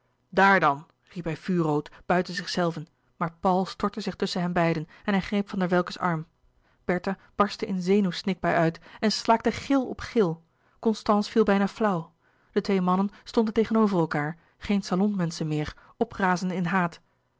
daar dan riep hij vuurrood buiten zichzelven maar paul stortte zich tusschen hen beiden en hij greep van der welcke's arm bertha barstte in zenuwsnikbui uit en slaakte gil op gil constance viel bijna flauw de twee mannen stonden tegenover elkaâr geen salonmenschen meer oprazende in haat